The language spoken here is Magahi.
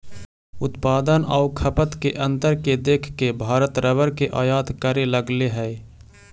उत्पादन आउ खपत के अंतर के देख के भारत रबर के आयात करे लगले हइ